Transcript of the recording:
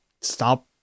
stop